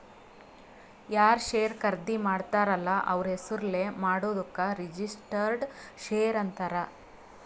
ಯಾರ್ ಶೇರ್ ಖರ್ದಿ ಮಾಡ್ತಾರ ಅಲ್ಲ ಅವ್ರ ಹೆಸುರ್ಲೇ ಮಾಡಾದುಕ್ ರಿಜಿಸ್ಟರ್ಡ್ ಶೇರ್ ಅಂತಾರ್